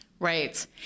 Right